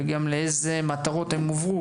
כולל מפרט של מטרות ההעברות,